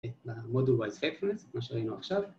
למודול וויז פרפרנס, כמו שהראינו עכשיו